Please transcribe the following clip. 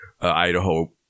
Idaho